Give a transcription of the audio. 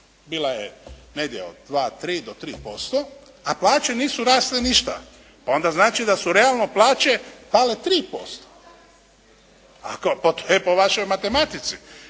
Bila je negdje od 2, 3 do 3% a plaće nisu rasle ništa. Onda znači da su realno plaće pale 3%. …/Upadica se ne čuje./… Po vašoj matematici.